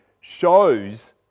shows